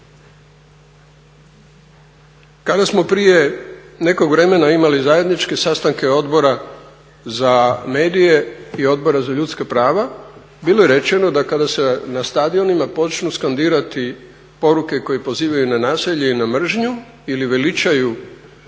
kada smo prije nekog vremena imali zajedničke sastanke Odbora za medije i Odbora za ljudska prava bilo je rečeno da kada se na stadionima počnu skandirati poruke koje pozivaju na nasilje i na mržnju ili veličaju